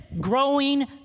growing